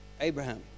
Abraham